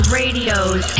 radios